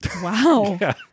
Wow